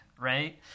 right